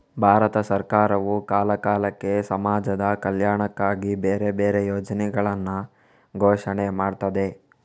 ಭಾರತ ಸರಕಾರವು ಕಾಲ ಕಾಲಕ್ಕೆ ಸಮಾಜದ ಕಲ್ಯಾಣಕ್ಕಾಗಿ ಬೇರೆ ಬೇರೆ ಯೋಜನೆಗಳನ್ನ ಘೋಷಣೆ ಮಾಡ್ತದೆ